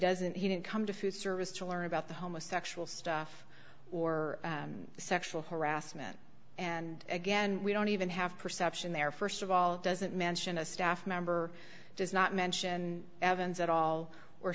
doesn't he didn't come to food service to learn about the homo sexual stuff or sexual harassment and again we don't even have perception there st of all it doesn't mention a staff member does not mention evans at all or